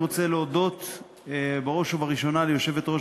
אני רוצה להודות בראש ובראשונה ליושבת-ראש